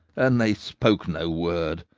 and they spoke no word,